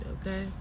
okay